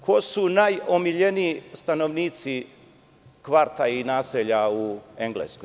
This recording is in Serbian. Ko su najomiljeniji stanovnici kvarta i naselja u Engleskoj?